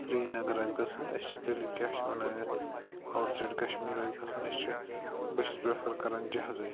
سریٖنگر آسہِ گژھُن اسہِ چھِ تیٚلہِ کیاہ چھِ وَنان یَتھ آوُٹ سایڈ کَشمیٖر آسہِ گَژھُن اسہِ چھِ بہٕ چھُس پرٛیٚفَر کَران جہازے